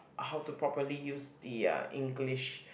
how to properly use the uh English